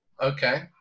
Okay